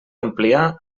ampliar